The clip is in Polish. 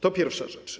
To pierwsza rzecz.